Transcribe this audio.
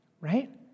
right